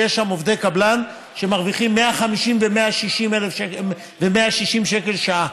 ויש שם עובדי קבלן שמרוויחים 150 ו-160 שקל לשעה.